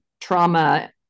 trauma